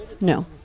No